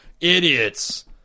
idiots